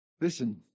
Listen